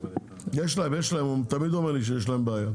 הוא תמיד אומר שיש להם בעיה.